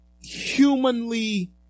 humanly